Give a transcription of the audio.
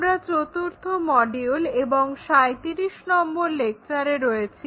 আমরা চতুর্থ মডিউল এবং 37 নম্বর লেকচারে রয়েছি